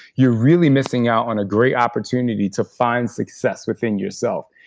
you're really missing out on a great opportunity to find success within yourself.